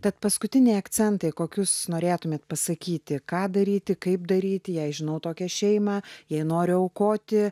tad paskutiniai akcentai kokius norėtumėte pasakyti ką daryti kaip daryti jei žinau tokią šeimą jei nori aukoti